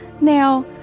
Now